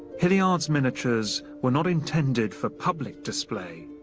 hilliard's miniatures were not intended for public display.